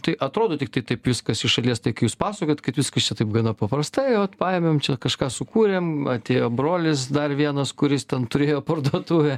tai atrodo tiktai taip viskas iš šalies tai kai jūs pasakojat kad viskas čia taip gana paprastai vat paėmėm čia kažką sukūrėm atėjo brolis dar vienas kuris ten turėjo parduotuvę